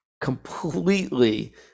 completely